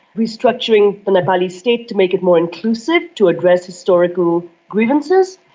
restructuring the nepalese state to make it more inclusive, to address historical grievances.